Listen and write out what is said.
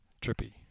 trippy